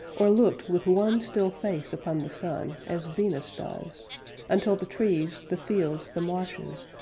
or looked with one still face upon the sun as venus does until the trees, the fields, the marshes,